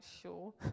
sure